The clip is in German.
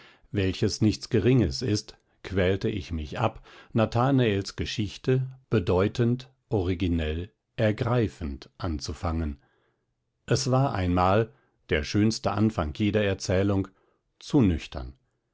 welches nichts geringes ist quälte ich mich ab nathanaels geschichte bedeutend originell ergreifend anzufangen es war einmal der schönste anfang jeder erzählung zu nüchtern